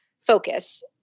focus